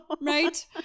Right